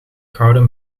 gouden